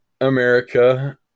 America